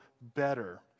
better